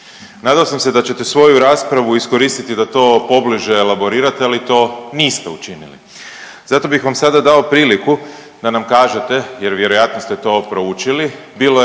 Nadao sam se da ćete svoju raspravu iskoristite da to pobliže elaborirate, ali to niste učinili. Zato bih vam sada dao priliku da nam kažete, jer vjerojatno ste to proučili, bilo je